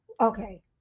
Okay